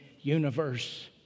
universe